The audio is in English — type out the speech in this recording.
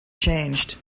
changed